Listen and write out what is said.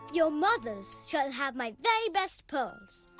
your mothers shall have my very best pearls. oh,